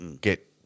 get